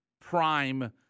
prime